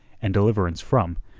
and deliverance from,